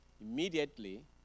Immediately